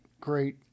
great